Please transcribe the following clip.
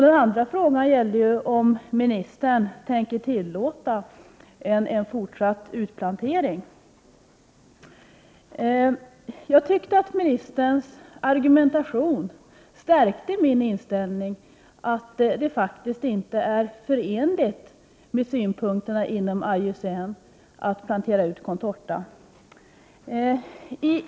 Den andra frågan gällde om ministern tänker tillåta en fortsatt utplantering. Jag tyckte att ministerns argumentation stärkte min inställning, att det faktiskt inte är förenligt med synpunkterna inom IUCN att plantera ut contorta.